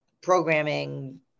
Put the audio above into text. programming